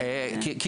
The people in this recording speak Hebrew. נכון.